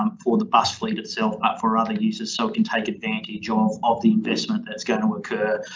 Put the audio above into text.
um for the bus fleet itself but for other uses. so it can take advantage ah of, of the investment that it's going to occur,